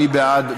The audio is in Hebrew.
מי בעד?